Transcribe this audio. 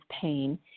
pain